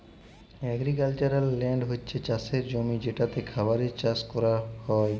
agricultural land হছ্যে চাসের জমি যেটাতে খাবার চাস করাক হ্যয়